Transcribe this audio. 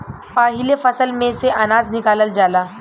पाहिले फसल में से अनाज निकालल जाला